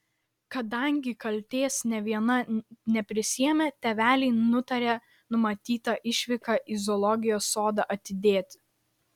kadangi kaltės nė viena neprisiėmė tėveliai nutarė numatytą išvyką į zoologijos sodą atidėti